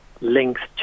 links